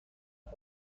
درد